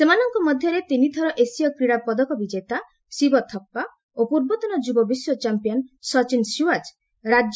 ସେମାନଙ୍କ ମଧ୍ୟରେ ତିନିଥର ଏସୀୟ କ୍ରୀଡ଼ା ପଦକ ବିଜେତା ଶିବ ଥାପ୍ୱା ଓ ପୂର୍ବତନ ଯୁବ ବିଶ୍ୱ ଚାମ୍ପିୟନ୍ ସଚିନ୍ ସିଓ୍ୱାଚ୍ ଅଛନ୍ତି